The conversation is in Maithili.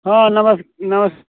हँ नमस नमस